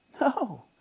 No